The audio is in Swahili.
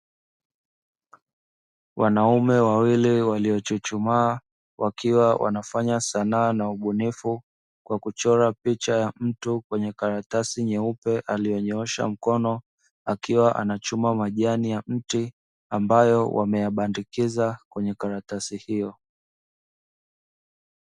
Wanaume wawili waliochuchumaa wakiwa wanafanya sanaa na ubunifu kwa kuchora picha ya mtu kwenye karatasi nyeupe, aliyenyoosha mkono akiwa anachoma majani ya mti ambayo anabandikiza karatasi hiyo.